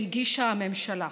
שהגישה הממשלה.